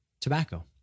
tobacco